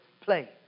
play